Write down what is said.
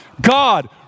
God